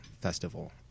festival